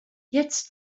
jetzt